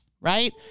right